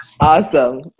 Awesome